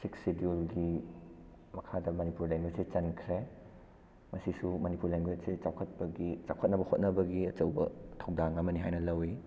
six ꯁꯦꯗꯨꯜꯒꯤ ꯃꯈꯥꯗ ꯃꯅꯤꯄꯨꯔ ꯂꯦꯡꯒ꯭ꯋꯦꯖꯁꯦ ꯆꯟꯈ꯭ꯔꯦ ꯃꯁꯤꯁꯨ ꯃꯅꯤꯄꯨꯔ ꯂꯦꯡꯒ꯭ꯋꯦꯖꯁꯦ ꯆꯥꯎꯈꯠꯄꯒꯤ ꯆꯥꯎꯈꯠꯅꯕ ꯍꯣꯠꯅꯕꯒꯤ ꯑꯆꯧꯕ ꯊꯧꯗꯥꯡ ꯑꯃꯅꯤ ꯍꯥꯏꯅ ꯂꯧꯏ